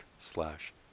slash